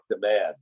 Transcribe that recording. demand